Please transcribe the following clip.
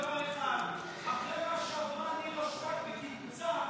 אחד: אחרי מה שעברה נירה שפק בקיבוצה,